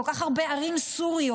בכל כך הרבה ערים סוריות.